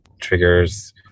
triggers